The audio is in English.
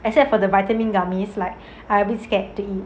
except for the vitamin dummies like I abit scared to